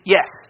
Yes